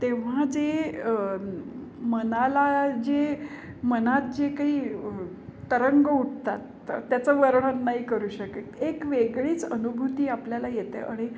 तेव्हा जे मनाला जे मनात जे काही तरंग उठतात त्याचं वर्णन नाही करू शकत एक वेगळीच अनुभूती आपल्याला येते अणि